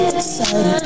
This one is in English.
Excited